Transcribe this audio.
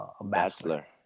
Bachelor